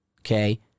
Okay